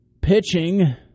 pitching